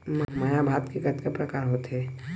महमाया भात के कतका प्रकार होथे?